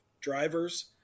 drivers